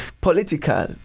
political